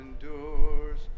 endures